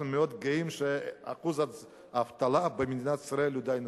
אנחנו מאוד גאים שאחוז האבטלה במדינת ישראל הוא די נמוך,